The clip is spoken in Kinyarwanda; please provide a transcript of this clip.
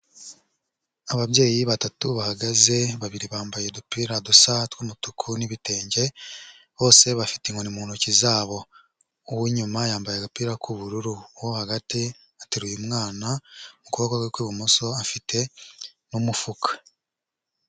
Ababyeyi batatu bahagaze, babiri bambaye udupira dusa tw'umutuku n'ibitenge, bose bafite inkoni mu ntoki zabo, uw'inyuma yambaye agapira k'ubururu, uwo hagati ateruye umwana, mu kuboko kwe kw'ibumoso afite n'umufuka.